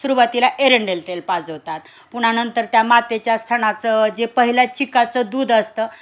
सुरुवातीला एरंडेल तेल पाजवतात पुन्हा नंतर त्या मातेच्या थानाच जे पहिल्या चीकाचं दूध असतं